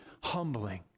humbling